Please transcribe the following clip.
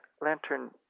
lantern